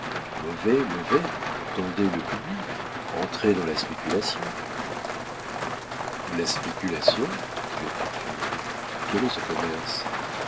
mauvais mauvais tondez le public entrez dans la spéculation la spéculation dit le parfumeur quel est ce commerce